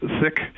thick